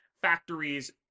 Factories